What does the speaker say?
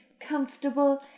comfortable